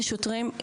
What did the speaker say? כשוטרים,